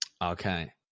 Okay